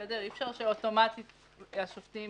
אי אפשר שאוטומטית השופטים